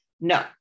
No